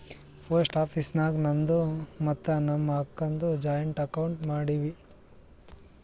post office ನಾಗ್ ನಂದು ಮತ್ತ ನಮ್ ಅಕ್ಕಾದು ಜಾಯಿಂಟ್ ಅಕೌಂಟ್ ಮಾಡಿವ್